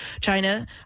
China